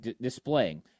displaying